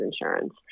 insurance